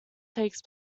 take